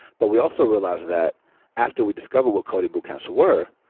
but we also realized that after we discovered what coding boot camps were,